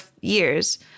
years